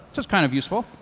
just kind of useful.